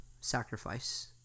sacrifice